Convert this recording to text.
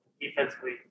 Defensively